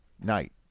night